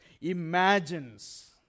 imagines